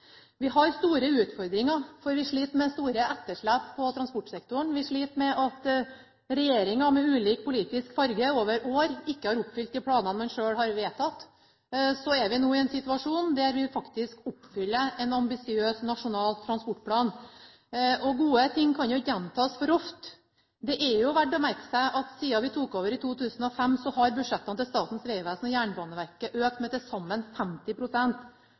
Vi har store utfordringer, for vi sliter med store etterslep på transportsektoren. Vi sliter med at regjeringer med ulik politisk farge over år ikke har oppfylt de planene de sjøl har vedtatt. Vi er nå i en situasjon der vi faktisk oppfyller en ambisiøs nasjonal transportplan, og gode ting kan jo ikke gjentas for ofte. Det er verd å merke seg at siden vi tok over i 2005, har budsjettene til Statens vegvesen og Jernbaneverket økt med til